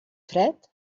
fred